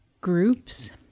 groups